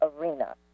arena